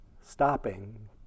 stopping